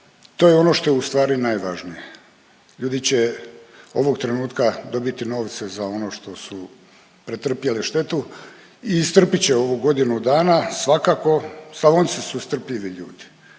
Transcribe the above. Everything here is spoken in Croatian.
To je ono što je ustvari najvažnije. Ljudi će ovog trenutka dobiti novce za ono što su pretrpjeli štetu i istrpit će ovu godinu dana svakako. Slavonci su strpljivi ljudi.